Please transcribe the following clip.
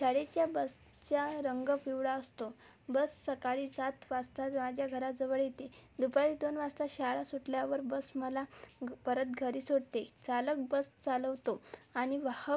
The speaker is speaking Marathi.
शाळेच्या बसचा रंग पिवळा असतो बस सकाळी सात वाजताच माझ्या घराजवळ येते दुपारी दोन वाजता शाळा सुटल्यावर बस मला परत घरी सोडते चालक बस चालवतो आणि वाहक